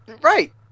Right